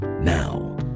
Now